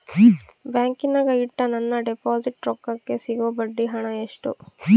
ಬ್ಯಾಂಕಿನಾಗ ಇಟ್ಟ ನನ್ನ ಡಿಪಾಸಿಟ್ ರೊಕ್ಕಕ್ಕೆ ಸಿಗೋ ಬಡ್ಡಿ ಹಣ ಎಷ್ಟು?